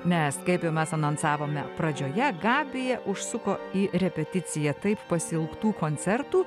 nes kaip mes anonsavome pradžioje gabija užsuko į repeticiją taip pasiilgtų koncertų